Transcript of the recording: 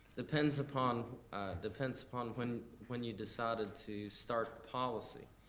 depends upon depends upon when when you decided to start policy.